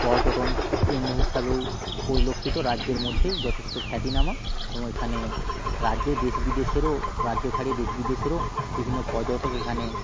পর্যটন কেন্দ্র হিসাবেও পরিলক্ষিত রাজ্যের মধ্যেই যথেষ্ট খ্যাতিনামা এবং এখানে রাজ্য দেশ বিদেশেরও রাজ্য ছাড়িয়ে দেশ বিদেশেরও বিভিন্ন পর্যটক এখানে